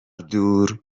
دور